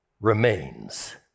remains